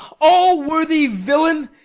all-worthy villain!